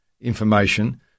information